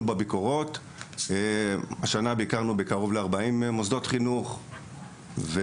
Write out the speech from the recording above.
בביקורות וכבר ביקרנו ב-40 מוסדות חינוך.